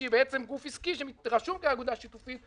שהיא בעצם גוף עסקי שרשום כאגודה שיתופית,